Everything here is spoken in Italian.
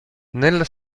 nella